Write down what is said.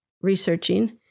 researching